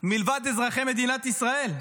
מלבד אזרחי מדינת ישראל.